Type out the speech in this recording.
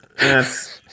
Yes